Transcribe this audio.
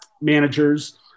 managers